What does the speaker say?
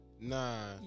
Nah